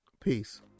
peace